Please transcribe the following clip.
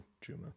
Juma